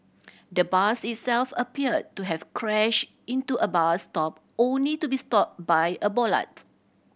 the bus itself appeared to have crashed into a bus stop only to be stopped by a bollard